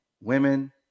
women